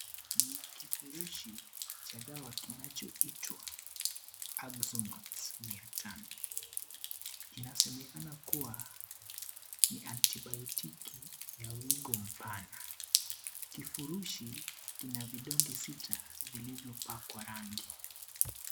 Ni kifurushi, cha dawa kinachoitwa, (cs) axomax, mere tammy(cs), inasemekana kua, ni antibayotiki, ya wigo mpana, kifurushi, kina vidonge sita, vilivyo pakwa rangi.